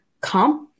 comp